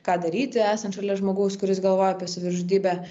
ką daryti esant šalia žmogaus kuris galvoja apie savižudybę